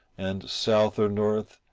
and, south or north,